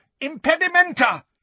Impedimenta